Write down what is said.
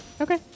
Okay